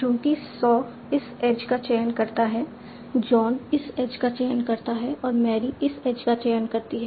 चूँकि सॉ इस एज का चयन करता है जॉन इस एज का चयन करता है और मैरी इस एज का चयन करती है